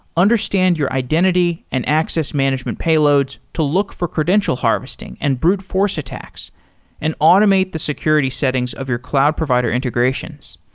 understand your identity and access management payloads to look for credential harvesting and brute force attacks and automate the security settings of your cloud provider integrations.